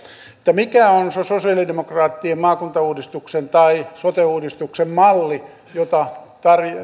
mikä on sosialidemokraattien maakuntauudistuksen tai sote uudistuksen malli jota